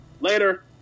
later